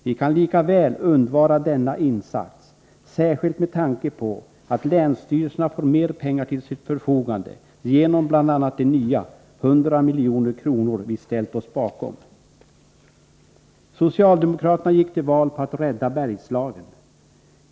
Vi kan lika väl undvara denna insats, särskilt med tanke på att länsstyrelserna får mer pengar till sitt förfogande genom bl.a. de nya 100 milj.kr. som vi har accepterat. Socialdemokraterna gick till val på ”rädda Bergslagen”.